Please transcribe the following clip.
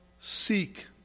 seek